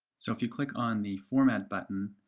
so if you click on the format button,